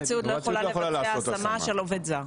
חברת סיעוד לא יכולה לבצע השמה של עובד זר.